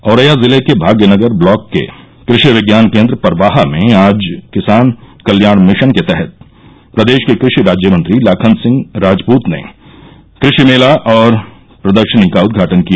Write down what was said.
औरैया जिले के भाग्यनगर ब्लॉक के कृषि विज्ञान केन्द्र परवाहा में आज किसान कल्याण मिशन के तहत प्रदेश के कृषि राज्य मंत्री लाखन सिंह राजपूत ने कृषि मेला और प्रदर्शनी का उदघाटन किया